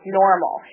normal